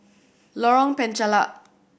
Lorong Penchalak